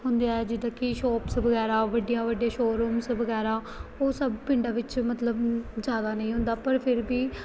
ਹੁੰਦੇ ਹੈ ਜਿੱਦਾਂ ਕਿ ਸ਼ੋਪਸ ਵਗੈਰਾ ਵੱਡੀਆਂ ਵੱਡੀਆਂ ਸ਼ੋਅਰੂਮਸ ਵਗੈਰਾ ਉਹ ਸਭ ਪਿੰਡਾਂ ਵਿੱਚ ਮਤਲਬ ਜ਼ਿਆਦਾ ਨਹੀਂ ਹੁੰਦਾ ਪਰ ਫਿਰ ਵੀ